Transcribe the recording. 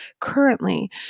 currently